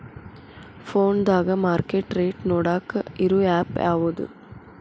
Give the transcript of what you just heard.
ಫೋನದಾಗ market rate ನೋಡಾಕ್ ಇರು ಆ್ಯಪ್ ಯಾವದು?